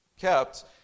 kept